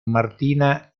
martina